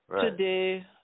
today